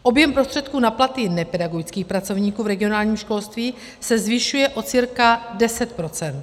Objem prostředků na platy nepedagogických pracovníků v regionálním školství se zvyšuje o cca 10 %.